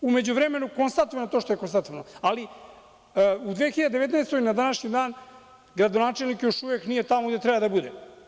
U međuvremenu je konstatovani to što je konstatovano, ali u 2019. godini na današnji dan, gradonačelnik još uvek nije tamo gde treba da bude.